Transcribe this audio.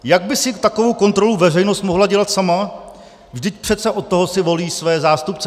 Jak by si takovou kontrolu veřejnost mohla dělat sama, vždyť přece od toho si volí své zástupce?